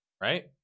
right